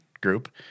group